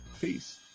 Peace